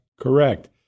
Correct